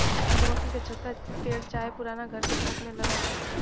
मधुमक्खी के छत्ता पेड़ चाहे पुराना घर के छत में लगला